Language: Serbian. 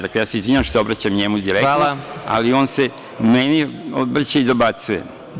Dakle, ja se izvinjavam što se obraćam njemu direktno, ali on se meni obraća i dobacuje.